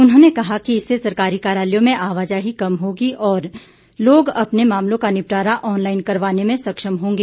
उन्होंने कहा कि इससे सरकारी कार्यालयों में आवाजाही कम होगी और लोग अपने मामलों का निपटारा ऑनलाईन करवाने में सक्षम होंगे